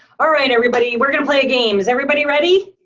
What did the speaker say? all right everybody we're gonna play a game. is everybody ready?